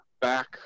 back